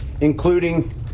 including